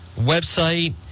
website